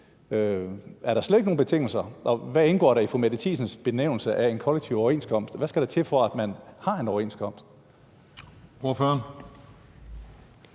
er der slet ikke nogen betingelser for, hvad der skal til? Hvad indgår der i fru Mette Thiesens benævnelse af en kollektiv overenskomst? Hvad skal der til for, at man har en overenskomst?